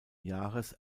jahres